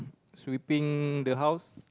sweeping the house